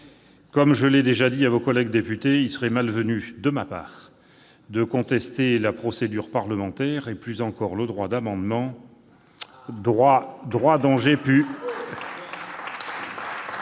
Comme je l'ai déjà dit à vos collègues députés, il serait malvenu de ma part de contester la procédure parlementaire et, plus encore, le droit d'amendement, ... Bravo !...